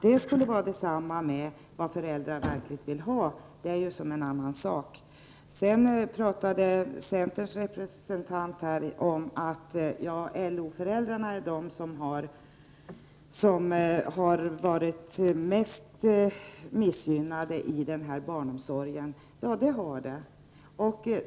Men om det är vad föräldrarna verkligen vill ha, är en annan sak. Centerns representant här pratade om att LO föräldrarna är de som har varit mest missgynnade i fråga om barnomsorg. Ja, det har de.